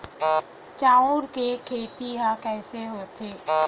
चांउर के खेती ह कइसे होथे?